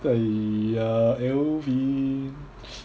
!aiya! alvin